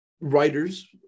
writers